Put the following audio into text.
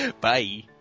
Bye